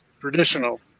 traditional